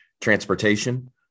transportation